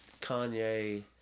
Kanye